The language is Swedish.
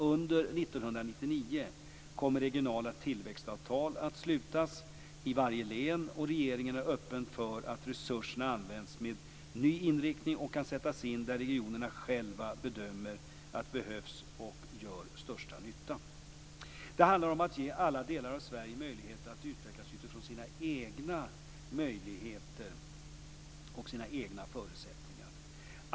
Under 1999 kommer regionala tillväxtavtal att slutas i varje län, och regeringen är öppen för att resurserna används med ny inriktning och kan sättas in där regionerna själva bedömer att de behövs och gör störst nytta. Det handlar om att ge alla delar av Sverige möjlighet att utvecklas utifrån sina egna möjligheter och förutsättningar.